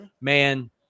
Man